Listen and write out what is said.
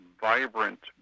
vibrant